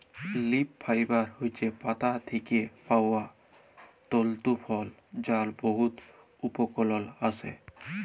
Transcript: leaf fibre হছে পাতা থ্যাকে পাউয়া তলতু ফল যার বহুত উপকরল আসে